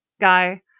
guy